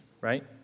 right